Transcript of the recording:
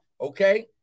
okay